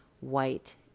white